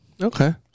Okay